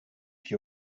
que